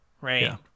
right